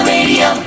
Radio